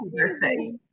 birthday